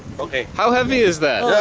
okay, how heavy is that?